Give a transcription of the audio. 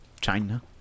China